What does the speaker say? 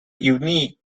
unique